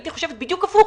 הייתי חושבת בדיוק הפוך.